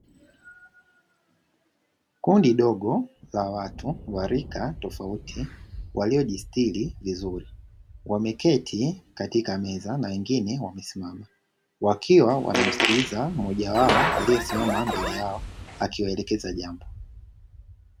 Kundi dogo la watu wa rika tofauti walio jistiri vizuri, wameketi katika meza na wengine wamesimama, wakiwa wanamsikiliza mmoja wao aliye simama mbele yao akiwaelekeza jambo.